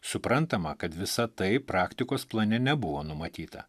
suprantama kad visa tai praktikos plane nebuvo numatyta